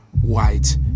white